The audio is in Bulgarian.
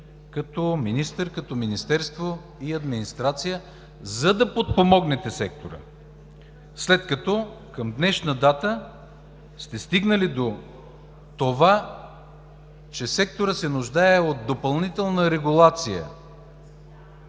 като министър, като министерство и администрация, за да подпомогнете сектора, след като към днешна дата сте стигнали до това, че секторът се нуждае от допълнителна регулация.